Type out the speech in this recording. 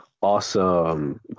awesome